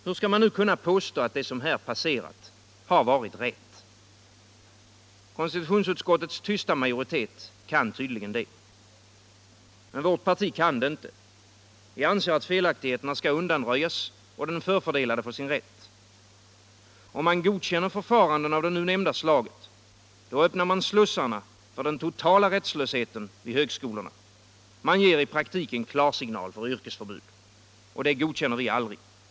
Hur skall man kunna påstå att det som här passerat varit rätt? Konstitutionsutskottets tysta majoritet kan tydligen det. Men vårt parti kan det inte. Vi anser att felaktigheterna skall undanröjas och den förfördelade få sin rätt. Om man godkänner förfaranden av det nu nämnda slaget, då öppnar man slussarna för den totala rättslösheten vid högskolorna. Man ger i praktiken klarsignal för yrkesförbud. Det godkänner vi aldrig.